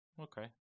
okay